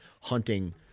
hunting